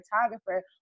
photographer